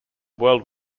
world